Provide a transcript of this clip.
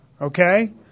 Okay